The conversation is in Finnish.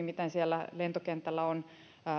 miten siellä lentokentällä on